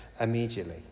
immediately